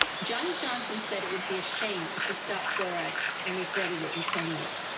johnny johnson said it would be a shame if you start fluoride and regretted it in ten years.